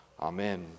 Amen